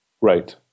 Right